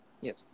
Yes